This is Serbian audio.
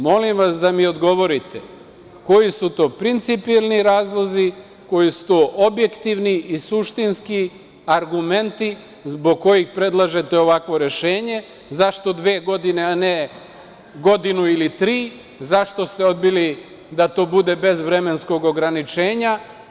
Molim vas da mi odgovorite, koji su to principijalni razlozi, koji su objektivni i suštinski argumenti, zbog kojih predlažete ovako rešenje, zašto dve godine, a ne godinu ili tri, zašto ste odbili da to bude bez vremenskog ograničenja?